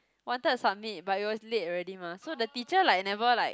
wanted to submit but it was late already mah so the teacher like never like